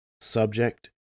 Subject